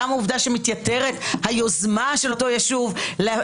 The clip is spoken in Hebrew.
גם בגלל העובדה שמתייתרת היוזמה של אותו יישוב לפנות